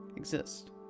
exist